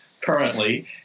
currently